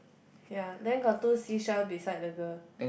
ya then got two seashell beside the girl